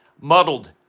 muddled